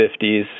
50s